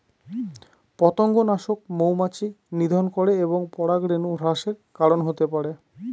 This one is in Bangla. পতঙ্গনাশক মৌমাছি নিধন করে এবং পরাগরেণু হ্রাসের কারন হতে পারে